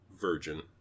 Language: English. Virgin